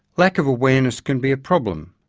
lack of awareness can be a problem.